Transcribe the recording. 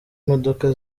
imodoka